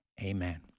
Amen